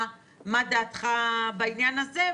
מה דעתך בעניין הזה?